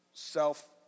self